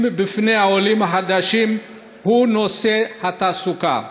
בפני העולים החדשים הוא נושא התעסוקה,